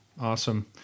Awesome